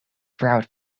proud